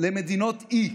למדינות אי,